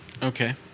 Okay